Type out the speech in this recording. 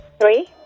Three